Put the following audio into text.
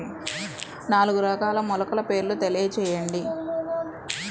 నాలుగు రకాల మొలకల పేర్లు తెలియజేయండి?